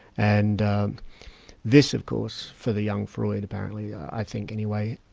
and this of course, for the young freud apparently, i think anyway,